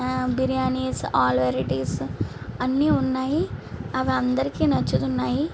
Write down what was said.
biryanis all varieties అన్నీ ఉన్నాయి అవి అందరికి నచ్చుతున్నాయి